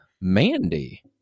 Mandy